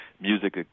music